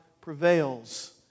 prevails